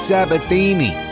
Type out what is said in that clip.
Sabatini